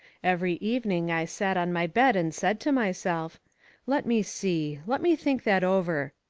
every evening i sat on my bed and said to myself let me see let me think that over.